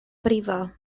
brifo